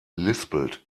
lispelt